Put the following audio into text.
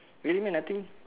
really meh nothing